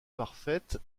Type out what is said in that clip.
parfaite